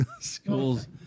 schools